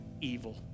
evil